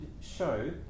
show